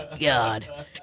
God